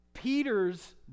Peter's